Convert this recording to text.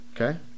Okay